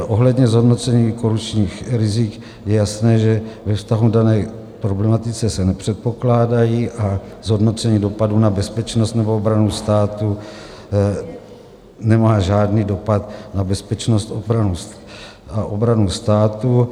Ohledně zhodnocení korupčních rizik je jasné, že ve vztahu k dané problematice se nepředpokládají, a zhodnocení dopadů na bezpečnost nebo obranu státu nemá žádný dopad na bezpečnost a obranu státu.